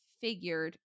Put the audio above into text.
figured